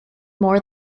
more